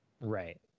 right